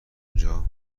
اونجا